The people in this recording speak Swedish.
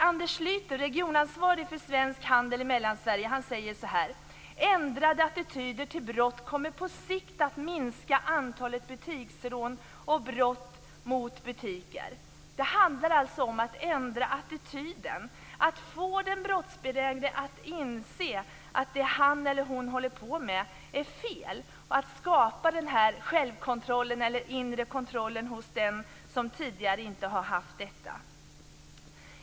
Anders Schlyter, regionansvarig för Svensk Handel i Mellansverige säger: Ändrade attityder till brott kommer att på sikt minska antalet butiksrån och brott mot butiker. Det handlar alltså om att ändra attityden, att få den brottsbenägne att inse att det han eller hon håller på med är fel och att skapa en självkontroll, eller inre kontroll, hos den som tidigare inte har haft en sådan.